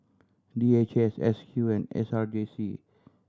D H S S Q and S R J C